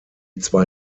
zwei